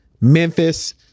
Memphis